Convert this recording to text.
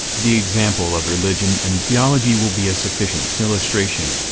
the example of religion and theology will be a sufficient illustration.